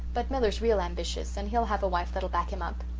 but miller's real ambitious and he'll have a wife that'll back him up.